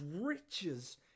riches